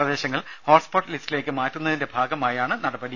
പ്രദേശങ്ങൾ ഹോട്ട്സ്പോട്ട് ലിസ്റ്റിലേക്ക് മാറ്റുന്നതിന്റെ ഭാഗമായാണ് നടപടി